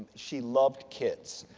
she loved kids,